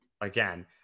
again